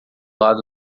lado